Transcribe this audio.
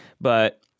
But-